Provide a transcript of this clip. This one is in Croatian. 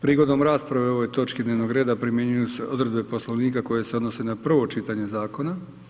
Prigodom rasprave o ovoj točki dnevnog reda primjenjuju se odredbe Poslovnika koje se odnose na prvo čitanje zakona.